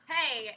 hey